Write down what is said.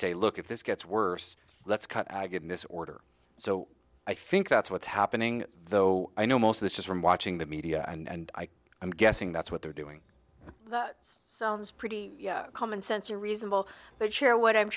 say look if this gets worse let's cut i get in this order so i think that's what's happening though i know most of this is from watching the media and i'm guessing that's what they're doing so it's pretty common sense a reasonable but sure what i'm